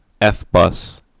F-Bus